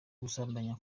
gusambanya